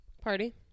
party